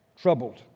troubled